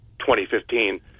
2015